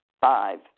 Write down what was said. Five